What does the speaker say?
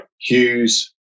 Hughes